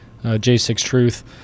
j6truth